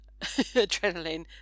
adrenaline